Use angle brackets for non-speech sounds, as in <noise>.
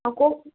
ଆଉ <unintelligible>